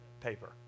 paper